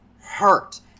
hurt